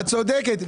את צודקת.